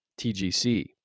TGC